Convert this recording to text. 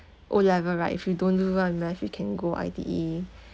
O level right if you don't do well on math you can go I_T_E